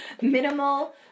Minimal